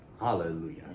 Hallelujah